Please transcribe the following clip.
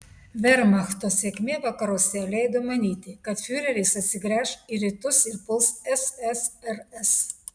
vermachto sėkmė vakaruose leido manyti kad fiureris atsigręš į rytus ir puls ssrs